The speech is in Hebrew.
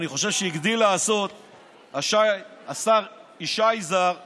אני חושב שהגדיל לעשות השר יזהר שי,